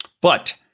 But-